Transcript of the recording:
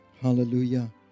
hallelujah